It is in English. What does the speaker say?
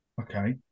Okay